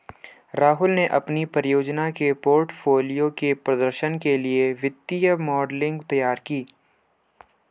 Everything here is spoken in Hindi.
राहुल ने अपनी परियोजना के पोर्टफोलियो के प्रदर्शन के लिए वित्तीय मॉडलिंग तैयार की